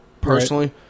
personally